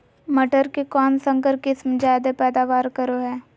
मटर के कौन संकर किस्म जायदा पैदावार करो है?